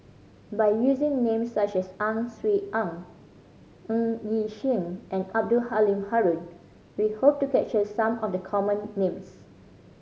by using names such as Ang Swee Aun Ng Yi Sheng and Abdul Halim Haron we hope to capture some of the common names